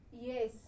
yes